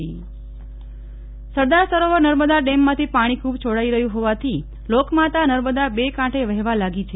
નેહલ ઠક્કર રાજ્યના ડેમોની સપાટી સરદાર સરોવર નર્મદા ડેમમાંથી પાણી ખુબ છોડાઈ હર્યું હોવાથી લોકમાતા નર્મદા બે કાંઠે વહેવા લાગી છે